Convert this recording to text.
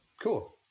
Cool